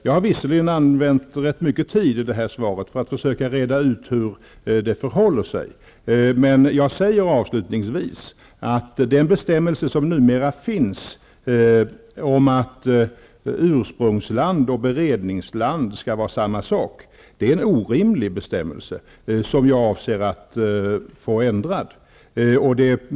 Jag använder en stor del av svaret åt att försöka reda ut hur det förhåller sig, men jag säger avslutningsvis att den nuvarande bestämmelsen om att ursprungsland och beredningsland skall vara samma sak är orimlig och att jag avser att få till stånd en ändring.